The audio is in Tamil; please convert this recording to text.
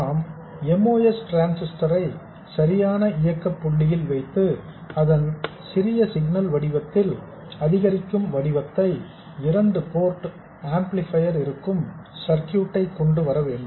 நாம் MOS டிரான்ஸிஸ்டர் ஐ சரியான இயக்கப் புள்ளியில் வைத்து அதன் சிறிய சிக்னல் வடிவத்தில் அதிகரிக்கும் வடிவத்தை இரண்டு போர்ட் ஆம்ப்ளிபையர் இருக்கும் சர்க்யூட்டை கொண்டு வர வேண்டும்